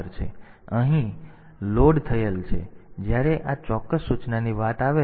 તેથી આ અહીં લોડ થયેલ છે તેથી જ્યારે આ ચોક્કસ સૂચનાની વાત આવે છે